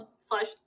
slash